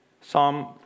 Psalm